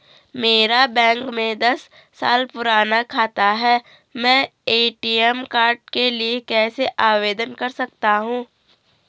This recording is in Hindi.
मेरा बैंक में दस साल पुराना खाता है मैं ए.टी.एम कार्ड के लिए कैसे आवेदन कर सकता हूँ?